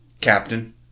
Captain